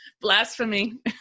blasphemy